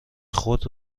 خود